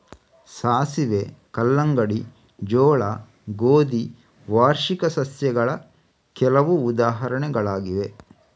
ಸಾಸಿವೆ, ಕಲ್ಲಂಗಡಿ, ಜೋಳ, ಗೋಧಿ ವಾರ್ಷಿಕ ಸಸ್ಯಗಳ ಕೆಲವು ಉದಾಹರಣೆಗಳಾಗಿವೆ